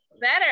better